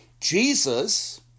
Jesus